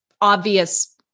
obvious